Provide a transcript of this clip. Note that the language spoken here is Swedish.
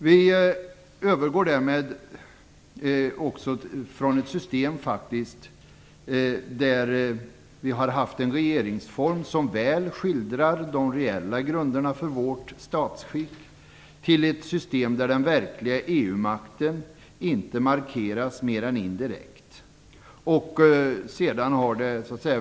Vi övergår därmed faktiskt också från ett system med en regeringsform som väl skildrat de reella grunderna för vårt statsskick till ett system där den verkliga makten - EU-makten - inte markeras mer än indirekt.